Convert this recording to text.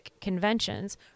conventions